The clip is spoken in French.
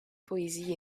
poésie